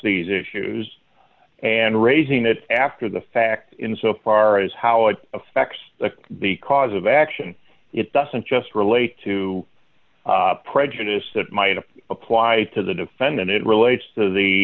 these issues and raising it after the fact in so far as how it affects the cause of action it doesn't just relate to prejudice that might have applied to the defendant it relates to the